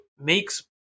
makes